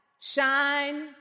shine